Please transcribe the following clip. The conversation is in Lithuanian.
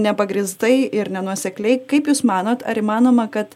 nepagrįstai ir nenuosekliai kaip jūs manot ar įmanoma kad